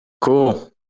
Cool